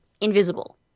invisible